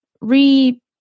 re